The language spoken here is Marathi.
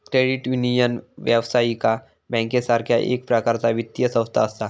क्रेडिट युनियन, व्यावसायिक बँकेसारखा एक प्रकारचा वित्तीय संस्था असा